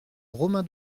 romain